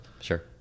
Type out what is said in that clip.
Sure